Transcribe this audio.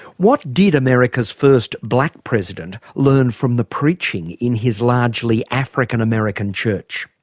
what did america's first black president learn from the preaching in his largely african american church?